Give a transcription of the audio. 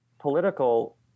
political